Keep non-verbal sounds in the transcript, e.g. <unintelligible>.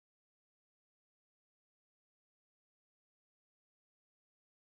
<unintelligible>